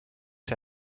see